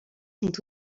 sont